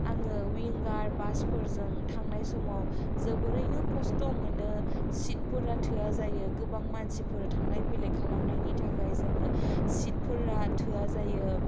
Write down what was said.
आङो विंगार बासफोरजों थांनाय समाव जोबोरैनो खस्थ' मोनो सिटफोरा थोआ जायो गोबां मानसिफोर थांलाय फैलाय खालामनायनि थाखाय जोङो सिटफोरा थोआ जायो